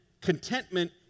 Contentment